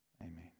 Amen